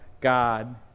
God